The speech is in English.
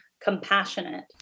compassionate